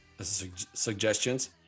suggestions